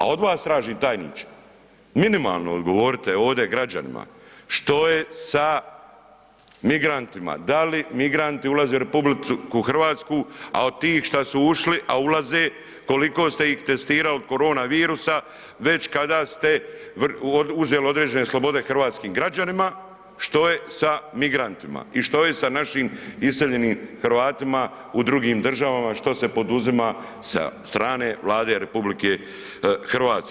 A od vas tražim tajniče, minimalno odgovorite ovdje građanima, što je sa migrantima, da li migranti ulaze u RH, a od tih šta su ušli, a ulaze, koliko ste ih testirali od koronavirusa već kada ste uzeli određene slobode hrvatskim građanima, što je sa migrantima i što je sa našim iseljenim Hrvatima u drugim državama, što se poduzima sa strane Vlade RH?